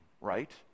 right